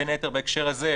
בין היתר בהקשר הזה,